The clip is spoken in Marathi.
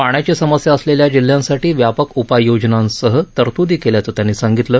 पाण्याची समस्या असलेल्या जिल्ह्यांसाठी व्यापक उपाययोजनांसह तरतूदी केल्याचं त्यांनी सांगितलं